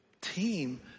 team